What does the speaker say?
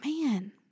man